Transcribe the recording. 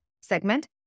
segment